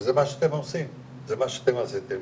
זה מה שאתם עושים זה מה שאתם עשיתם,